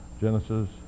Genesis